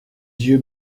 yeux